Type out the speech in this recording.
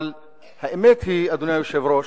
אבל האמת היא, אדוני היושב-ראש,